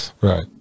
Right